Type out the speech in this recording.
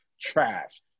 trash